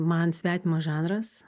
man svetimas žanras